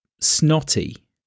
snotty